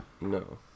No